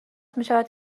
میشود